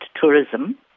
tourism